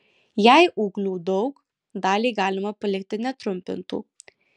jei ūglių daug dalį galima palikti netrumpintų